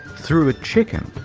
through a chicken!